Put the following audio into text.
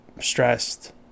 stressed